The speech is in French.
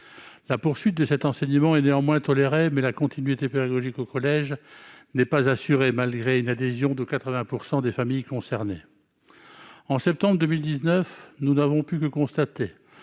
La poursuite de cet enseignement est tolérée, mais la continuité pédagogique au collège n'est pas assurée, malgré l'adhésion de 80 % des familles concernées. Au mois de septembre 2019, nous n'avons pu que constater